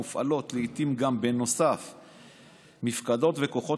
מופעלים לעיתים גם מפקדות וכוחות